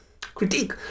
critique